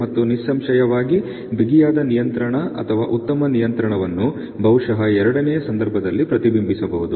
ಮತ್ತು ನಿಸ್ಸಂಶಯವಾಗಿ ಬಿಗಿಯಾದ ನಿಯಂತ್ರಣ ಅಥವಾ ಉತ್ತಮ ನಿಯಂತ್ರಣವನ್ನು ಬಹುಶಃ ಎರಡನೆಯ ಸಂದರ್ಭದಲ್ಲಿ ಪ್ರತಿಬಿಂಬಿಸಬಹುದು